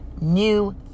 new